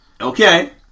Okay